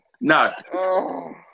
No